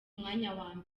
mwanya